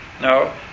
No